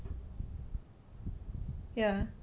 ya